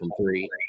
three